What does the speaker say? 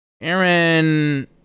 Aaron